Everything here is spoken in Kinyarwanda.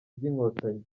by’inkotanyi